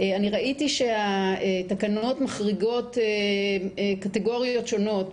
אני ראיתי שהתקנות מחריגות קטגוריות שונות,